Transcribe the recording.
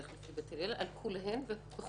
לך לפי בית הלל על קולותיהם וחומרותיהם.